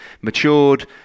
matured